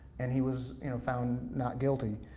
and he was found not guilty.